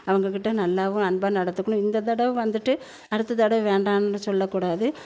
அவங்கக்கிட்ட நல்லாவும் அன்பாக நடந்துக்கணும் இந்த தடவை வந்துட்டு அடுத்த தடவை வேண்டாம்னு சொல்லக்கூடாது